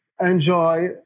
enjoy